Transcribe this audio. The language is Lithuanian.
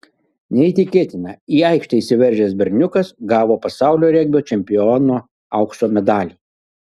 neįtikėtina į aikštę įsiveržęs berniukas gavo pasaulio regbio čempiono aukso medalį